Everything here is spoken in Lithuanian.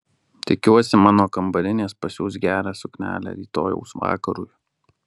tikiuosi mano kambarinės pasiūs gerą suknelę rytojaus vakarui